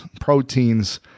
proteins